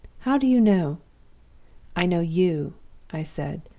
how do you know i know you i said.